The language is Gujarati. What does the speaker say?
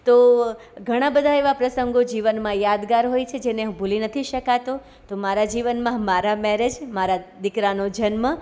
તો ઘણા બધા એવા પ્રસંગો જીવનમાં યાદગાર હોય છે જેને ભૂલી નથી શકાતો મારા જીવનમાં મારા મેરેજ મારા દીકરાનો જન્મ